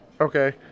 Okay